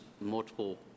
multiple